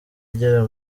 igera